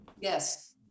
Yes